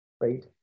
right